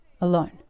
Alone